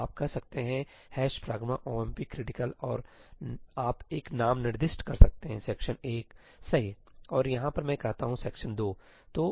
तो आप कह सकते हैं ' pragma omp critical' और आप एक नाम निर्दिष्ट कर सकते हैं सेक्शन 1 सही और यहाँ पर मैं कहता हूँ सेक्शन 2